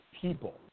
people